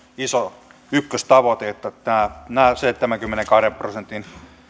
ykköstavoite että tämä seitsemänkymmenenkahden prosentin